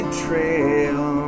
trail